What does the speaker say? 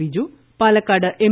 Biju Palakkad M